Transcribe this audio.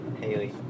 Haley